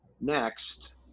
next